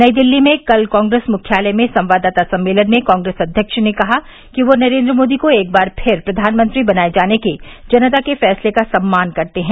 नई दिल्ली में कल कांग्रेस मुख्यालय में संवाददाता सम्मेलन में कांग्रेस अध्यक्ष ने कहा कि वे नरेंद्र मोदी को एक बार फिर प्रधानमंत्री बनाए जाने के जनता के फैसले का सम्मान करते हैं